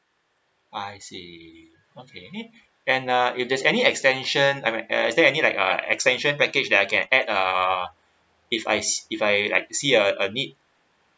I see okay then uh if there's any extension I mean is there any like uh extension package that I can add err if I se~ if I like see a a need